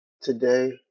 Today